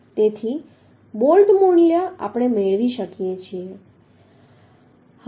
તેથી બોલ્ટ મૂલ્ય આપણે મેળવી શકીએ છીએ